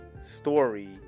story